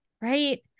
Right